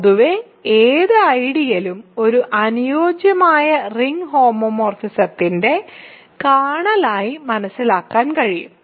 പൊതുവേ ഏത് ഐഡിയലും ഒരു അനുയോജ്യമായ റിംഗ് ഹോമോമോർഫിസത്തിന്റെ കേർണലായി മനസ്സിലാക്കാൻ കഴിയും